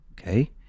okay